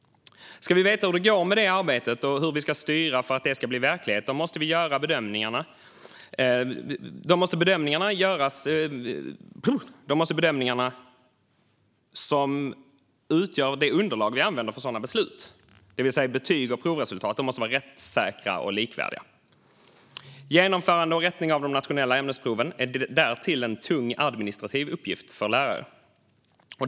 Ska vi veta hur det går med det arbetet och hur vi ska styra för att det ska bli verklighet måste bedömningarna som utgör det underlag vi använder för sådana beslut, det vill säga betyg och provresultat, vara rättssäkra och likvärdiga. Genomförande och rättning av de nationella ämnesproven är därtill en tung administrativ uppgift för lärare.